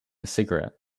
cigarette